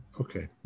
okay